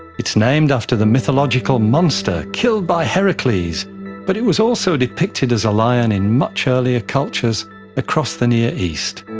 it's named after the mythological monster killed by heracles, but it was also depicted as a lion in much earlier cultures across the near east.